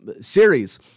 series